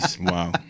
Wow